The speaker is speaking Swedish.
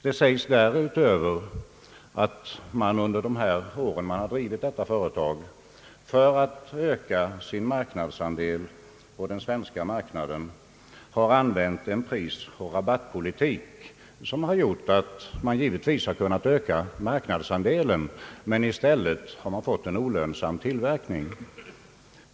Det sägs därutöver att man under de år man drivit detta företag för att öka sin marknadsandel på den svenska marknaden använt en prisoch rabattpolitik som medfört att man givetvis kunnat öka marknadsandelen men i stället fått en olönsam tillverkning.